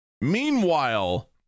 Meanwhile